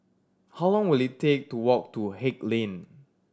how long will it take to walk to Haig Lane